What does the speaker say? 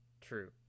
true